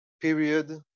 period